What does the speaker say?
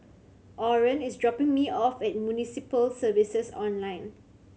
Orren is dropping me off at Municipal Services All Night